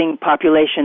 population